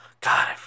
God